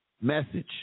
message